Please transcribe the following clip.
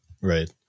right